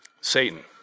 Satan